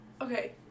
Okay